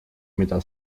mida